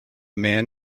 man